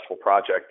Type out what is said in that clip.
project